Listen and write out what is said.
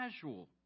casual